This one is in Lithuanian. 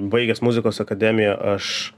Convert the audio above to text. baigęs muzikos akademiją aš